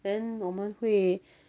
then 我们会